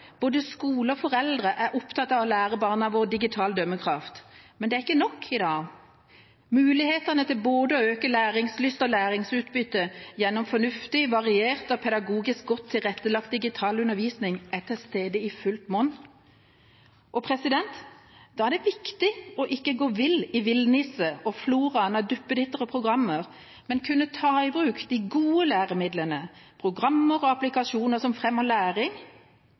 Både skole og foreldre er opptatt av å lære barna digital dømmekraft. Men det er ikke nok i dag. Mulighetene til å øke både læringslyst og læringsutbytte gjennom fornuftig, variert og pedagogisk godt tilrettelagt digital undervisning er til stede i fullt monn. Da er det viktig ikke å gå vill i villniset og floraen av duppeditter og programmer, men kunne ta i bruk de gode læremidlene, programmene og applikasjonene som fremmer læring,